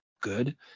good